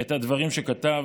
את הדברים שכתב.